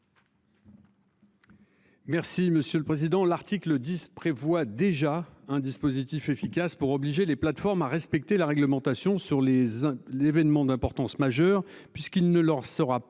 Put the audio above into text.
Merci, monsieur le Président, l'article 10 prévoit déjà un dispositif efficace pour obliger les plateformes à respecter la réglementation sur les l'événement d'importance majeure puisqu'il ne leur sera pas